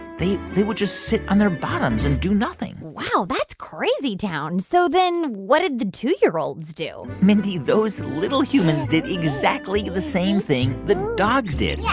they would just sit on their bottoms and do nothing wow, that's crazy town. so then what did the two year olds do? mindy, those little humans did exactly the same thing the dogs did.